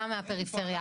גם מהפריפריה.